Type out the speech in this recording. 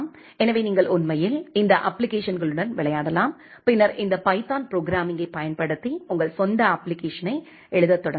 எனவே நீங்கள் உண்மையில் இந்த அப்ப்ளிகேஷன்களுடன் விளையாடலாம் பின்னர் இந்த பைதான் ப்ரோக்ராம்மிங்கைப் பயன்படுத்தி உங்கள் சொந்த அப்ப்ளிகேஷனை எழுதத் தொடங்குவீர்கள்